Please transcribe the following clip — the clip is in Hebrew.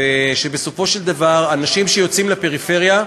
בסופו של דבר, אנשים שיוצאים לפריפריה,